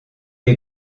est